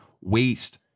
waste